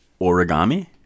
Origami